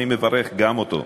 אני מברך גם אותו.